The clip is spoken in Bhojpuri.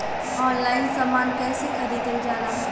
ऑनलाइन समान कैसे खरीदल जाला?